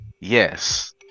yes